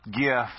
gift